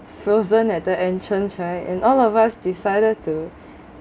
frozen at the entrance right and all of us decided to